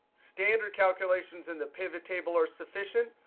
standard calculations in the pivottable are sufficient.